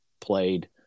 played